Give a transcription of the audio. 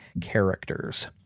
characters